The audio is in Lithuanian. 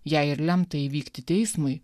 jei ir lemta įvykti teismui